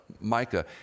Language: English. Micah